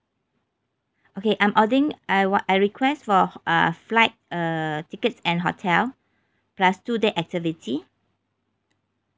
okay I'm ordering I wa~ I request for uh flight uh tickets and hotel plus two day activity